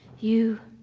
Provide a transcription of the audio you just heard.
you,